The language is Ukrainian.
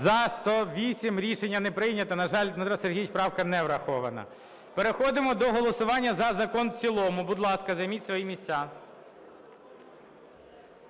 За-108 Рішення не прийнято. На жаль, Дмитре Сергійовичу, правка не врахована. Переходимо до голосування за закон у цілому, будь ласка, займіть свої місця.